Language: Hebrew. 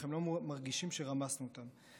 אך הם לא מרגישים שרמסנו אותם.